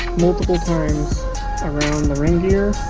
multiple times around the ring gear